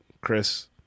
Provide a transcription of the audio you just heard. Chris